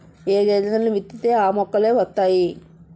ఏ గింజల్ని విత్తితే ఆ మొక్కలే వతైయి